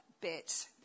bit